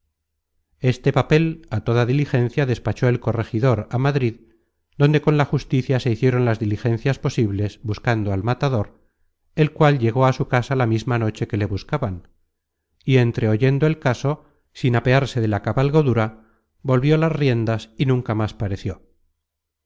este papel á toda diligencia despachó el corregidor á madrid donde con la justicia se hicieron las diligencias posibles buscando al matador el cual llegó a su casa la misma noche que le buscaban y entreoyendo el caso sin apearse de la cabalgadura volvió las riendas y nunca más pareció